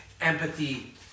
empathy